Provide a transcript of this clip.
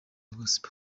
gospel